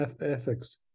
ethics